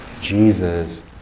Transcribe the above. Jesus